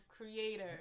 creator